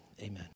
Amen